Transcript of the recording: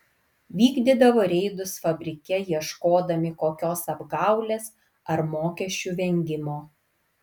vykdydavo reidus fabrike ieškodami kokios apgaulės ar mokesčių vengimo